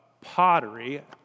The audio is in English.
pottery